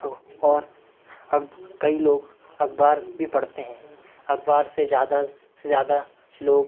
और और अब कई लोग अखबार भी पढ़ते हैं अखबार से ज़्यादा से ज़्यादा लोग